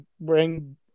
bring